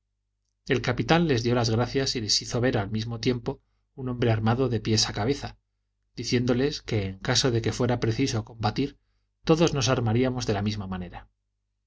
el capitán les dio las gracias y les hizo ver al mismo tiempo un hombre armado de pies a cabeza diciéndoles que en caso de que fuera preciso combatir todos nos armaríamos de la misma manera